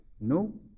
no